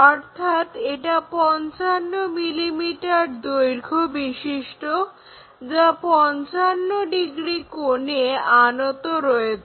অর্থাৎ এটা 55 mm দৈর্ঘ্য বিশিষ্ট যা 55 ডিগ্রী কোণে আনত রয়েছে